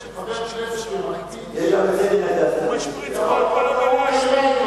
הצביעות פה חוגגת, מה לעשות.